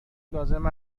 لازم